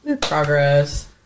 Progress